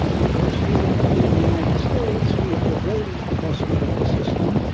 because here in in the united states, we have a very repressed medical system,